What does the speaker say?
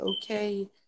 okay